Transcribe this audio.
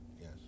Yes